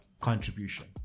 contribution